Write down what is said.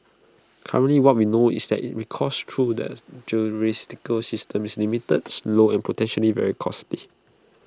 currently what we know is that in recourse through that system is limited slow and potentially very costly